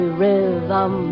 rhythm